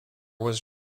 was